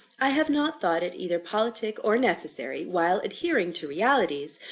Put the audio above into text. i have not thought it either politic or necessary, while adhering to realities,